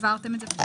העברתם את זה?